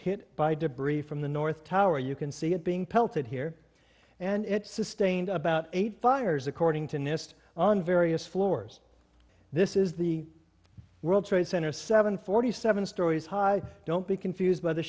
hit by debris from the north tower you can see it being pelted here and it sustained about eight fires according to nist on various floors this is the world trade center seven forty seven stories high don't be confused by the